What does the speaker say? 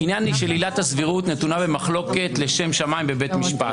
העניין של עילת הסבירות נתונה במחלוקת לשם שמיים בבית משפט.